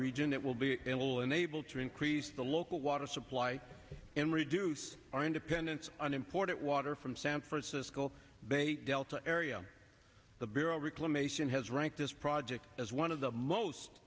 region that will be able unable to increase the local water supply and reduce our independence on important water from san francisco bay delta area the bureau of reclamation has ranked this project as one of the most